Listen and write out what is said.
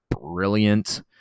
brilliant